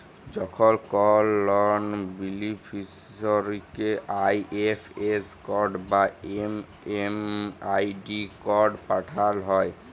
যখন কল লন বেনিফিসিরইকে আই.এফ.এস কড বা এম.এম.আই.ডি কড পাঠাল হ্যয়